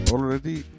Already